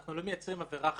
אנחנו לא מייצרים עבירה חדשה.